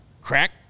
crack